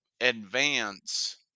advance